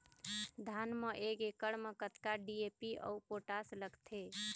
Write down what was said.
धान म एक एकड़ म कतका डी.ए.पी अऊ पोटास लगथे?